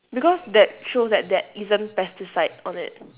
because that shows that there isn't pesticide on it